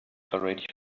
already